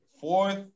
Fourth